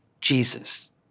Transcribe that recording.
Jesus